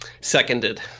Seconded